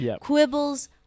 Quibbles